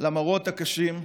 למראות הקשים,